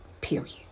Period